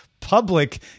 public